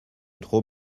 trop